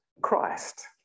Christ